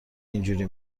اینجوری